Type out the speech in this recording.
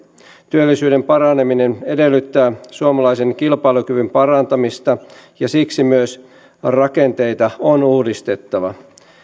työllisyyden paraneminen edellyttää suomalaisen kilpailukyvyn parantamista ja siksi myös rakenteita on uudistettava